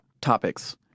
topics